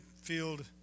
field